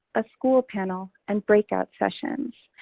a school panel, and breakout sessions.